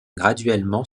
graduellement